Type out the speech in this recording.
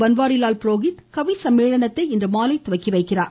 பன்வாரிலால் புரோஹித் கவி சம்மேளனத்தை இன்று மாலை தொடங்கி வைக்கிறார்